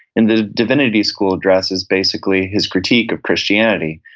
in the divinity school address is basically his critique of christianity.